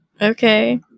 Okay